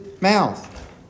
mouth